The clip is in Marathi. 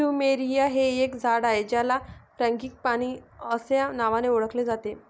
प्लुमेरिया हे एक झाड आहे ज्याला फ्रँगीपानी अस्या नावानी ओळखले जाते